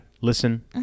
Listen